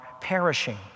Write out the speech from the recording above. perishing